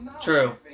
True